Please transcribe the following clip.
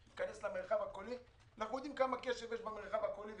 תיכנס למרחב הקולי אנחנו יודעים כמה קשב יש במרחב הקולי.